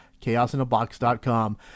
chaosinabox.com